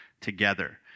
together